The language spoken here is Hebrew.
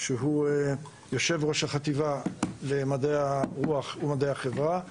שהוא יושב-ראש החטיבה במדעי הרוח ומדעי החברה.